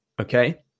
okay